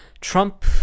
Trump